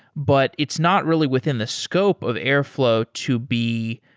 but it's not really within the scope of airflow to be